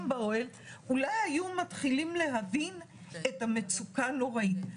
באוהל אולי הם היו מתחילים להבין את המצוקה הנוראית.